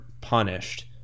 punished